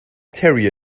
terrier